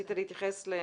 רצית להתייחס?